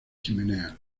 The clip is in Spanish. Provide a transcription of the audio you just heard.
chimeneas